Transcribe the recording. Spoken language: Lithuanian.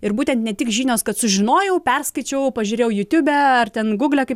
ir būtent ne tik žinios kad sužinojau perskaičiau pažiūrėjau jiutube ar ten gūgle kaip